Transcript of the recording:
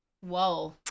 Whoa